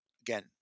again